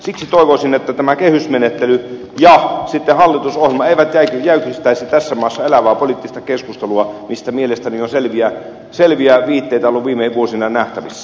siksi toivoisin että kehysmenettely ja hallitusohjelma eivät jäykistäisi tässä maassa elävää poliittista keskustelua mistä mielestäni on selviä viitteitä ollut viime vuosina nähtävissä